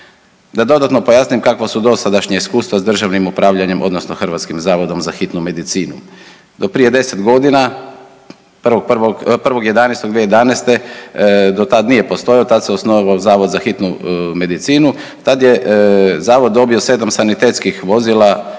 Da dodatno pojasnim kakva su dosadašnja iskustva sa državnim upravljanjem odnosno Hrvatskim zavodom za hitnu medicinu. Do prije 10 godina 1.11.2011. do tada nije postojao. Tada se osnovao Zavod za hitnu medicinu, tada je Zavod dobio 7 sanitetskih vozila